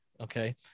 okay